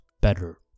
better